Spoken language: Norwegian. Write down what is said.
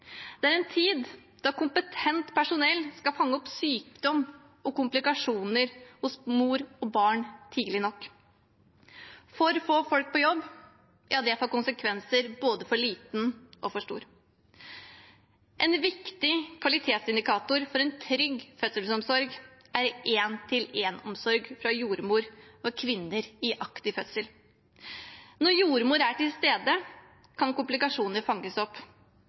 Det er en tid da kompetent personell skal fange opp sykdom og komplikasjoner hos mor og barn tidlig nok. For få folk på jobb får konsekvenser både for liten og for stor. En viktig kvalitetsindikator for en trygg fødselsomsorg er én-til-én-omsorg fra jordmor til kvinner i aktiv fødsel. Når jordmor er til stede, kan komplikasjoner fanges opp,